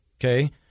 Okay